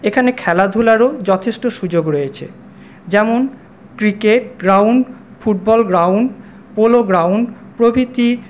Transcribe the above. এখানে খেলাধূলারও যথেষ্ট সুযোগ রয়েছে যেমন cricket ground football ground polo ground প্রভৃতি